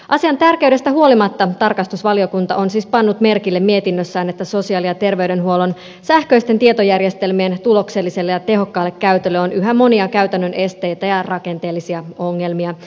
asian tärkeydestä huolimatta tarkastusvaliokunta on siis pannut merkille mietinnössään että sosiaali ja terveydenhuollon sähköisten tietojärjestelmien tulokselliselle ja tehokkaalle käytölle on yhä monia käytännön esteitä ja rakenteellisia ongelmia